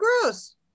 gross